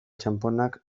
txanponak